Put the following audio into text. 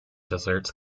desserts